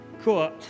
cool